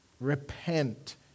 Repent